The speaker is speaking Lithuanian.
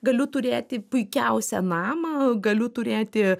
galiu turėti puikiausią namą galiu turėti